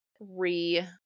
re